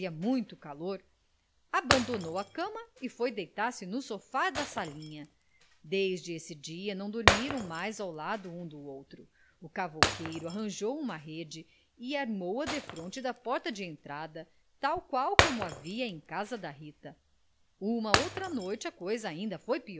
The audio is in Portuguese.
muito calor abandonou a cama e foi deitar-se no sofá da salinha desde esse dia não dormiram mais ao lado um do outro o cavouqueiro arranjou uma rede e armou a defronte da porta de entrada tal qual como havia em casa da rita uma outra noite a coisa ainda